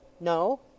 No